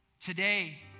Today